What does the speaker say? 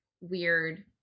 weird